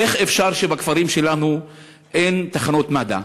איך אפשר שבכפרים שלנו אין תחנות מד"א,